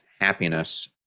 happiness